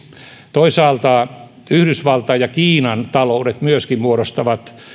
toisaalta yhdysvaltain ja kiinan taloudet myöskin muodostavat